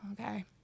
okay